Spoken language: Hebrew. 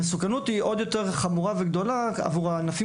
המסוכנות היא עוד יותר חמורה וגדולה עבור הענפים